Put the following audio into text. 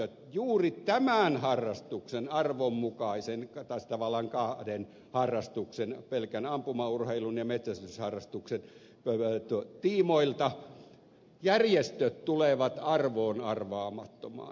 järjestöt juuri tämän harrastuksen tavallaan kahden harrastuksen pelkän ampumaurheilun ja metsästysharrastuksen tiimoilta tulevat arvoon arvaamattomaan